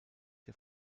der